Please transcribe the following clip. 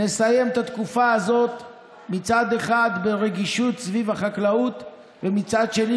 נסיים את התקופה הזו מצד אחד ברגישות סביב החקלאות ומצד שני